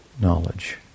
knowledge